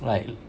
like